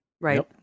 Right